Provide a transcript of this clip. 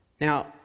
Now